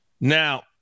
Now